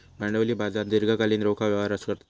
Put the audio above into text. भांडवली बाजार दीर्घकालीन रोखा व्यवहार करतत